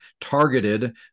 targeted